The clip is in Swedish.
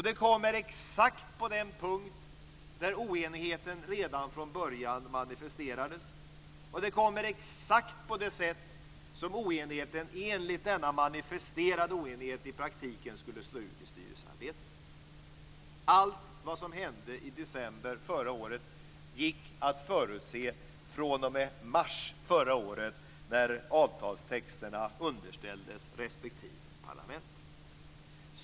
Det kommer exakt på den punkt där oenigheten redan från början manifesterades. Det kommer också exakt på det sätt som denna manifesterade oenighet i praktiken skulle slå ut i styrelsearbetet. Allt som hände i december förra året gick att förutse fr.o.m. mars förra året när avtalstexterna underställdes respektive parlament.